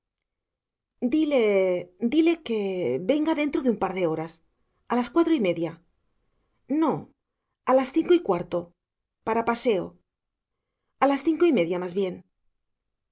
dile dile que venga dentro de un par de horas a las cuatro y media no a las cinco y cuarto para paseo las cinco y media más bien